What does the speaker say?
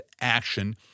action